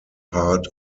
part